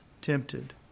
tempted